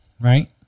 right